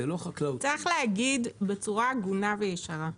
צריך להגיד בצורה הגונה וישרה,